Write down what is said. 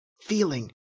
feeling